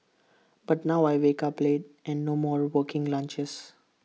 but now I wake up late and no more working lunches